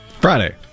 Friday